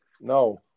No